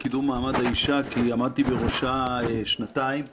לקח לי בדיוק 10 שניות להגיד לו שאנחנו תומכים בחוק הזה.